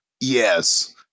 Yes